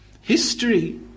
History